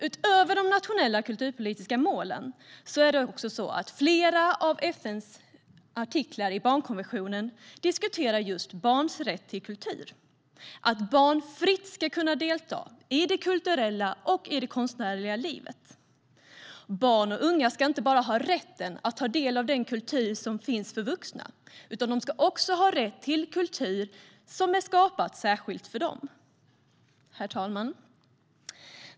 Utöver de nationella kulturpolitiska målen diskuterar flera av FN:s artiklar i barnkonventionen just barns rätt till kultur - att barn fritt ska kunna delta i det kulturella och konstnärliga livet. Barn och unga ska inte bara ha rätt att ta del av den kultur som finns för vuxna, utan de ska också ha rätt till kultur som är skapad särskilt för dem. Herr talman!